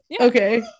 okay